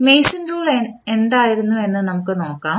Mason rule എന്തായിരുന്നുവെന്ന് നമുക്ക് നോക്കാം